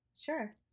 Sure